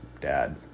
dad